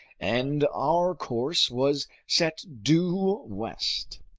and our course was set due west.